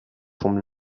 vom